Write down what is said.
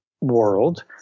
world